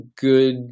good